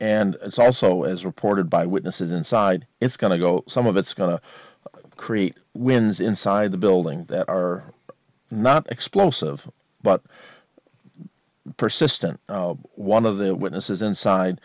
and it's also as reported by witnesses inside it's going to go some of it's going to create wins inside the building that are not explosive but persistent one of the witnesses inside